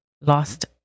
lost